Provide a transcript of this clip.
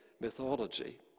mythology